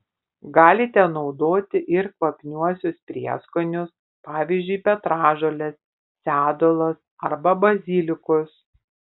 galite naudoti ir kvapniuosius prieskonius pavyzdžiui petražoles sedulas arba bazilikus